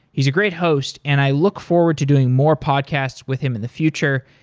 he's a great host, and i look forward to doing more podcasts with him in the future.